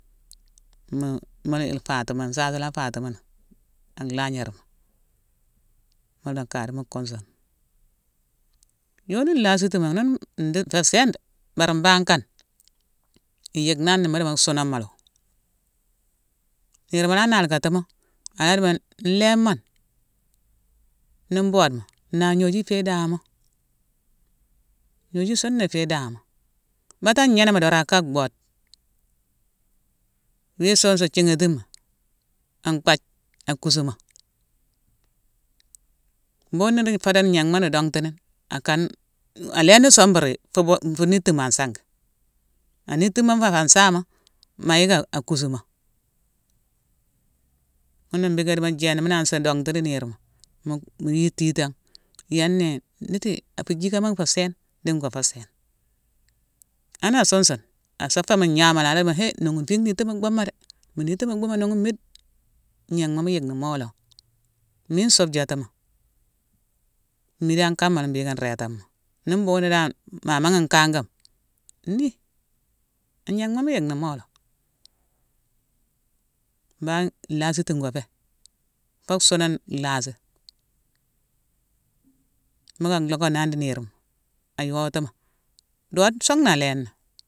M-m-ma-yick-faatimo mu nsaasima nangh a lagnarma. Mu loo ka di mu kunsune. Yoni nlhasiytima, nune-di-nfé- sééne dé bari mbangh kane; i yick nani mu dimo suunoma lawo. Niirma laa nalkatitimo, ala dimo nléémo ni nu mboodemo nao gnoju nfé dahamo. Gnuju suna ifé dahamo. Baté a gnéné dorong a ka bhoode; wi sune sune thighatima, an bhath a kusumo. Bhughune nudi fodo gnanghma nu donghtu ni, a kane-n-aléni song beuri-fo-fu-timo an sangi. An ntitimo fa sangi saama ma yick a kusumo. Ghuna mbhiké jééna, mu nansi donghtu di niirma, mu-mu yititane: yéne né ndi ti fu jikama nfé sééne ndi ngo fé sééne. Anaa sun-sune, asa mu gnawma lé, a la dimo hé nughune fi nhiiti mu bhuuma dé. Mu niti mu mhuuma nunghune, mmide gnanghma mu yick ni, mo lo. Mine nsubjatimo; mmidane kama la mbhiiké nréétamo. Nii mbhughune dan ma manghé nkan gama, nii! Gnanghma mu yick ni, mo lo. Mbangh nlaasiti ngo fé; foo suunone nlhaasi. Mu ka locko na ni di niirma, a yohotimo, doode song na alééni.